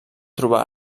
trobar